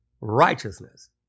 righteousness